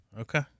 Okay